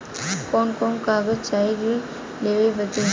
कवन कवन कागज चाही ऋण लेवे बदे?